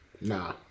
Nah